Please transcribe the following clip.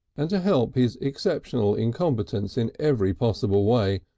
and to help his exceptional incompetence in every possible way,